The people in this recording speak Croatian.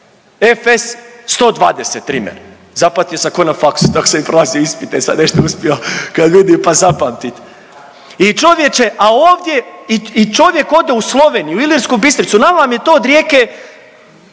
FS 120 trimer, zapamtio sam ko na faksu dok sam i prolazio ispite sam nešto uspio kad vidim pa zapamtit i čovječe a ovdje i čovjek ode u Sloveniju u Ilirsku Bistricu, nama nam je to od Rijeke